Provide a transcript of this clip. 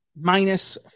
minus